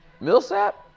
Millsap